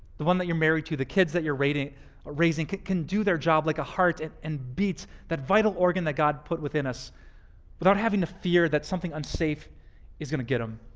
the one that you're married to, the kids that you're raising raising can do their job like a heart and and beat, that vital organ that god put within us without having to fear that something unsafe is going to get them,